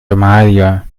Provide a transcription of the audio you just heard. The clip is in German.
somalia